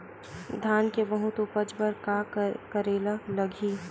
धान के बहुत उपज बर का करेला लगही?